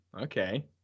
Okay